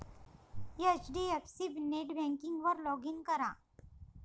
HDFC नेटबँकिंगवर log in करा